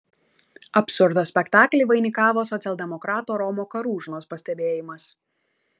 absurdo spektaklį vainikavo socialdemokrato romo karūžnos pastebėjimas